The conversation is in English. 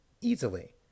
Easily